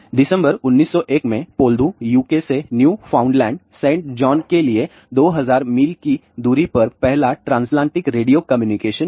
दिसंबर 1901 में Poldhu UK से Newfoundland saint John के लिए 2000 मील की दूरी पर पहला ट्रान्सलांटिक रेडियो कम्युनिकेशन हुआ